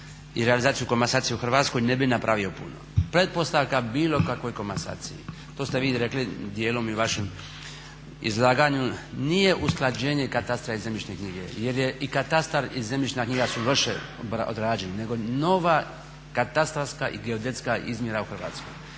i realizaciju komasacije u Hrvatskoj ne bi napravio puno. Pretpostavka bilo kakvoj komasaciji, to ste vi rekli djelom i u vašem izlaganju, nije usklađenje katastra i zemljišne knjige jer je i katastar i zemljišna knjiga su loše odrađeni, nego nova katastarska i geodetska izmjera u Hrvatskoj,